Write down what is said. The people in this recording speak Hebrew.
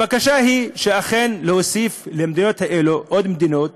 הבקשה היא להוסיף למדינות האלה עוד מדינות